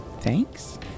Thanks